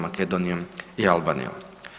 Makedonijom i Albanijom.